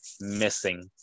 missing